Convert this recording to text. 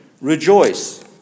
Rejoice